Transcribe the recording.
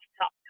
top